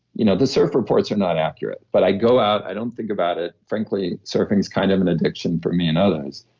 you know the surf reports are not accurate, but i go out, i don't think about it frankly, surfing's kind of an addiction for me and others.